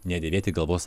nedėvėti galvos